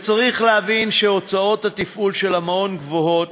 צריך להבין שהוצאות התפעול של המעון גבוהות,